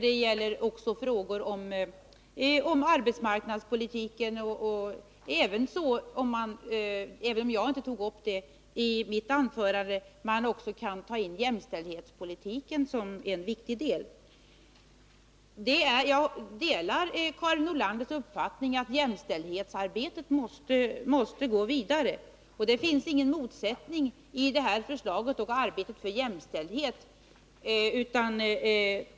Dit hör också frågor om arbetsmarknadspolitiken, och där ingår — även om jag inte tog upp det i mitt anförande — jämställdhetspolitiken som en viktig del. Jag delar Karin Nordlanders uppfattning att jämställdhetsarbetet måste gå vidare, och det finns ingen motsättning mellan det nu föreliggande förslaget och arbetet för jämställdhet.